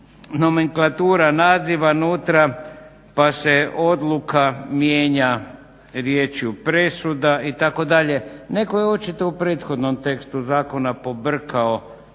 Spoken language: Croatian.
nomenklatura naziva nutra pa se odluka mijenja riječju presuda itd. Netko je očito u prethodnom tekstu zakona pobrkao